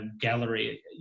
gallery